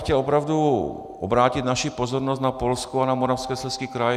Chtěl bych opravdu obrátit naši pozornost na Polsko a na Moravskoslezský kraj.